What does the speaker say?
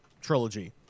trilogy